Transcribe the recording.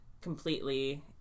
completely